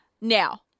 Now